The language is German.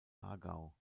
aargau